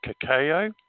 cacao